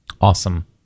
Awesome